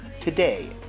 today